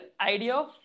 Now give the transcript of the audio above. idea